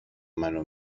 منو